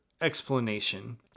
explanation